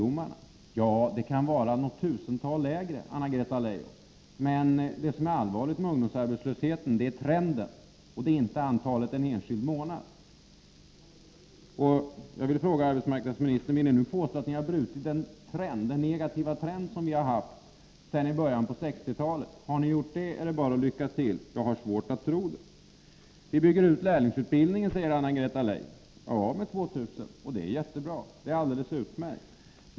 Antalet arbetslösa ungdomar kan vara något tusental mindre, Anna-Greta Leijon, men det som är allvarligt när det gäller ungdomsarbetslösheten är trenden och inte antalet arbetslösa en viss månad. Jag skulle vilja fråga arbetsmarknadsministern om hon vill påstå att socialdemokraterna har brutit den negativa trenden sedan början av 1960-talet. Har ni gjort det är det bara att gratulera. Jag har emellertid svårt att tro det. Anna-Greta Leijon säger att lärlingsutbildningen byggs ut. Ja, med 2 000, och det är alldeles utmärkt.